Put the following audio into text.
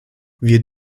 wir